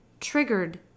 triggered